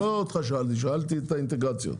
לא שאלתי אותך, שאלתי את האינטגרציות.